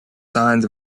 signs